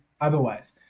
otherwise